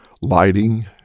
lighting